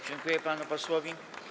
Dziękuję panu posłowi.